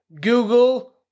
Google